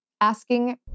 asking